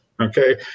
Okay